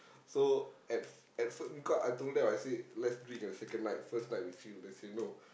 so at at first because I told them I say let's drink the second night first night we chill they say no